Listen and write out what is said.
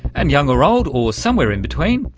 and young or old, or somewhere in between,